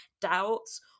doubts